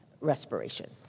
respiration